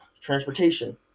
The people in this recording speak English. transportation